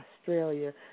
Australia